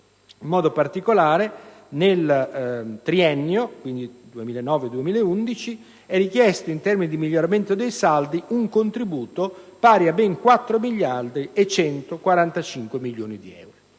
In modo particolare, nel triennio 2009-2011 è richiesto, in termini di miglioramento dei saldi, un contributo pari a ben 4 miliardi e 145 milioni di euro.